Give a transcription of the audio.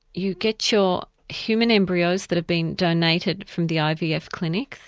you get your human embryos that have been donated from the ivf clinic,